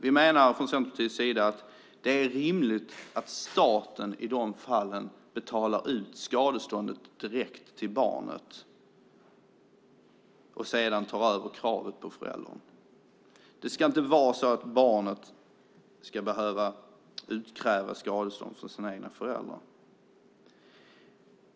Vi i Centerpartiet menar att det är rimligt att staten i de fallen betalar ut skadeståndet direkt till barnet och sedan tar över kravet på föräldrarna. Det ska inte vara så att barnet ska behöva utkräva skadestånd av sina egna föräldrar.